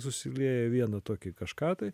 susilieja į vieną tokį kažką tai